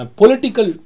political